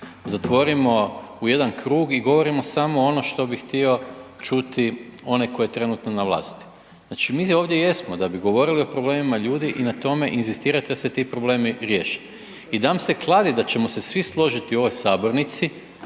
zatvorimo u jedan krug i govorimo samo ono što bi htio čuti onaj tko je trenutno na vlasti. Znači mi ovdje jesmo da bi govorili o problemima ljudi i na tome inzistirati da se ti problemi riješe. I dam se kladiti da ćemo se svi složiti u ovoj sabornici